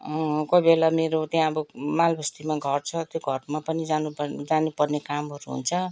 कोही बेला मेरो त्यहाँ अब मालबस्तीमा घर छ त्यो घरमा पनि जानु पर् जानुपर्ने कामहरू हुन्छ